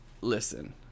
Listen